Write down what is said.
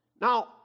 Now